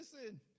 listen